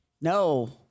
No